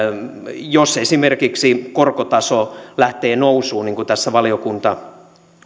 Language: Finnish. jos esimerkiksi korkotaso lähtee nousuun niin kuin tässä valiokunta